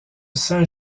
saint